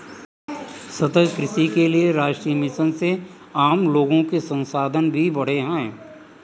सतत कृषि के लिए राष्ट्रीय मिशन से आम लोगो के संसाधन भी बढ़े है